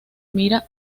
mira